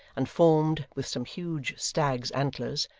and formed, with some huge stags' antlers,